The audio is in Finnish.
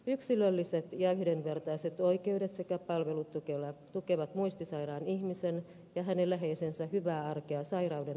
yksilölliset ja yhdenvertaiset oikeudet sekä palvelut tukevat muistisairaan ihmisen ja hänen läheisensä hyvää arkea sairauden aikana